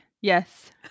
yes